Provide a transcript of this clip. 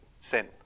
sin